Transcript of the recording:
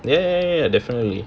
ya ya ya ya definitely